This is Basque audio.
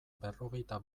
berrogeita